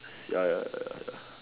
ya ya